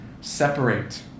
separate